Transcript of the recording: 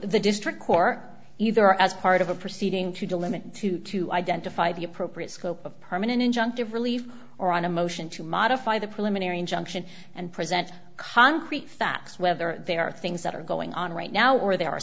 the district court either as part of a proceeding to delimit to to identify the appropriate scope of permanent injunctive relief or on a motion to modify the preliminary injunction and present concrete facts whether there are things that are going on right now or there are